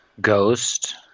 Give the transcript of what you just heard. Ghost